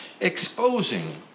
exposing